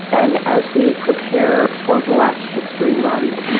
and as we prepare for black history month,